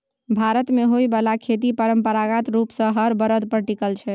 भारत मे होइ बाला खेती परंपरागत रूप सँ हर बरद पर टिकल छै